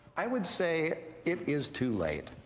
i would say it is too late.